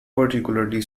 particularly